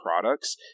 products